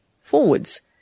forwards